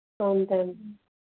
అంతే అండి